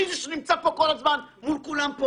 אני זה שנמצא פה כל הזמן מול כולם.